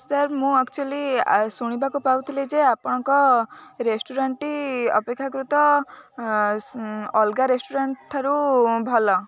sir ମୁଁ actually ଶୁଣିବାକୁ ପାଉଥିଲି ଯେ ଆପଣଙ୍କ ରେଷ୍ଟୁରାଣ୍ଟଟି ଅପେକ୍ଷାକୃତ ଅଲଗା ରେଷ୍ଟୁରାଣ୍ଟ ଠାରୁ ଭଲ